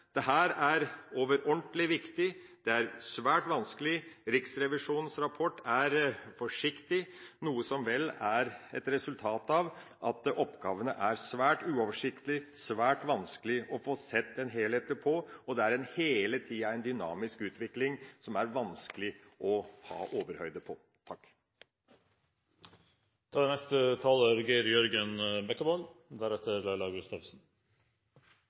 er overordentlig viktig. Det er svært vanskelig. Riksrevisjonens rapport er forsiktig, noe som vel er et resultat av at oppgavene er svært uoversiktlige, svært vanskelige å se helheten i, og det er hele tida en dynamisk utvikling som det er vanskelig å ha overhøyde på.